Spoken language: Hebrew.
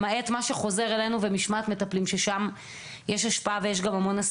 למעט מה שחוזר אלינו ומשמעת מטפלים; שם יש המון השפעה ועשייה